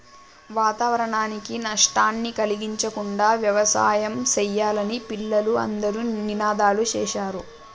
వాతావరణానికి నష్టాన్ని కలిగించకుండా యవసాయం సెయ్యాలని పిల్లలు అందరూ నినాదాలు సేశారు